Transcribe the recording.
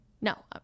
No